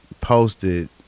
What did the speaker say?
posted